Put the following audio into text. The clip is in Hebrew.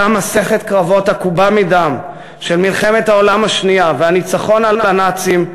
אותה מסכת קרבות עקובה מדם של מלחמת העולם השנייה והניצחון על הנאצים,